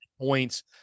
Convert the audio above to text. points